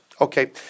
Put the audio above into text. Okay